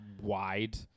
wide